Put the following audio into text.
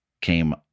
came